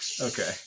Okay